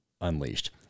unleashed